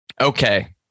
Okay